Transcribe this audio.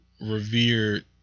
revered